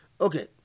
Okay